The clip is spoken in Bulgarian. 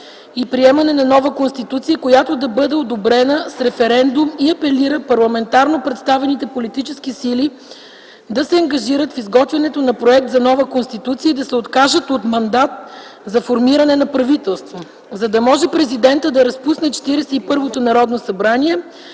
и приемане на нова Конституция, която да бъде одобрена с референдум, и апелира парламентарно представените политически сили да се ангажират в изготвянето на проект за нова Конституция и да се откажат от мандат за формиране на правителство, за да може президентът да разпусне Четиридесет